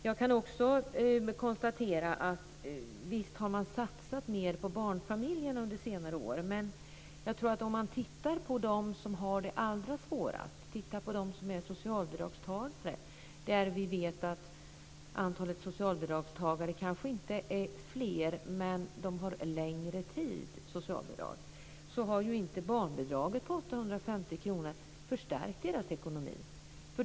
Jag kan också konstatera att man under senare år har satsat mer på barnfamiljerna. Men låt oss titta på dem som har det allra svårast, de som är socialbidragstagare. Vi vet att antalet socialbidragstagare kanske inte är fler, men de har socialbidrag under längre tid. Barnbidraget på 850 kr har inte förstärkt deras ekonomi.